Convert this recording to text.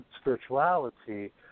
spirituality